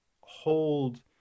hold